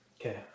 Okay